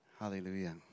Hallelujah